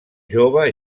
jove